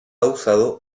usado